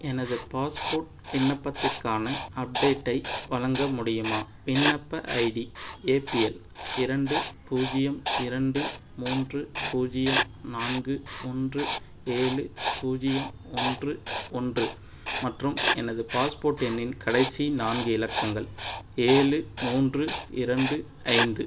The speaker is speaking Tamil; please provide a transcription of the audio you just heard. எனது பாஸ்போர்ட் விண்ணப்பத்திற்கான அப்டேட்டை வழங்க முடியுமா விண்ணப்ப ஐடி ஏ பி எல் இரண்டு பூஜ்ஜியம் இரண்டு மூன்று பூஜ்ஜியம் நான்கு ஒன்று ஏழு பூஜ்ஜியம் ஒன்று ஒன்று மற்றும் எனது பாஸ்போர்ட் எண்ணின் கடைசி நான்கு இலக்கங்கள் ஏழு மூன்று இரண்டு ஐந்து